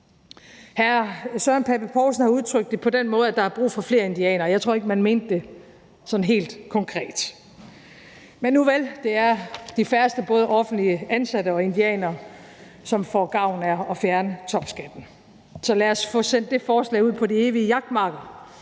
Søren Pape Poulsen har udtrykt det på den måde, at der er brug for flere indianere. Jeg tror ikke, at han mente det sådan helt konkret. Men nuvel, det er de færreste både offentligt ansatte og indianere, der får gavn af at fjerne topskatten, så lad os få sendt det forslag ud på de evige jagtmarker,